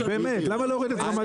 באמת, למה להוריד את רמת הדיון?